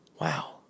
Wow